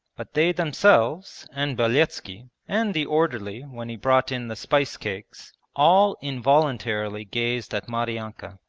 but they themselves and beletski, and the orderly when he brought in the spice-cakes, all involuntarily gazed at maryanka,